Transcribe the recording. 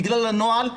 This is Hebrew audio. בגלל הנוהל,